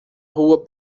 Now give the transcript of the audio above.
rua